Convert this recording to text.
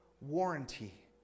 warranty